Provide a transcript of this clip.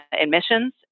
emissions